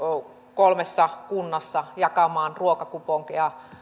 kolmessa kunnassa jakamaan ruokakuponkeja